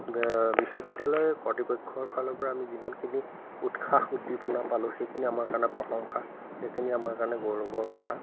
বিশ্ববিদ্যালয়ৰ কৰ্তৃপক্ষৰ ফালৰ পৰা আমি যিমানখিনি উৎসাহ উদ্দীপনা পালোঁ সেইখিনি আমাৰ কাৰণে প্ৰশংসা সেইখিনি আমাৰ কাৰণে গৌৰৱৰ কথা